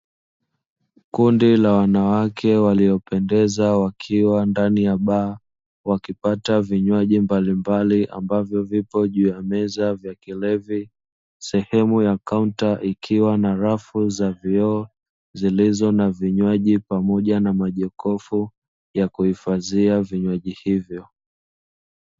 Kundi la wanawake waliopendeza wakiwa ndani ya baa wakipata vinywaji mbalimbali ambavyo vipo juu ya meza vya kilevi. Sehemu ya kaunta ikiwa na rafu za vioo zilizo na vinywaji pamoja na majokofu ya kuhifadhia vinywaji hivyo.